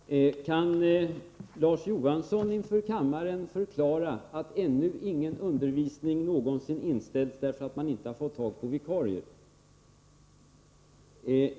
Herr talman! Kan Larz Johansson inför kammaren förklara att ännu ingen undervisning någonsin inställts, därför att man inte fått tag på vikarier?